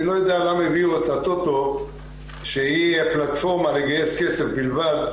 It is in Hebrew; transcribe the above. אני לא יודע למה הביאו את הטוטו שהיא הפלטפורמה לגייס כסף בלבד,